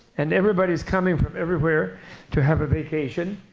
and everybody's coming from everywhere to have a vacation,